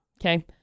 Okay